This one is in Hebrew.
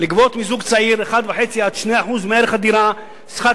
לגבות מזוג צעיר 1.5% 2% מערך הדירה שכר